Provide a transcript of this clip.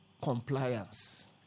compliance